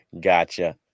Gotcha